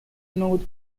node